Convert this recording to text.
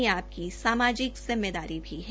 यह आपकी समाजिक जिम्मेदारी भी है